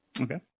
Okay